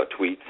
tweets